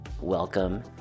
Welcome